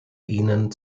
ihnen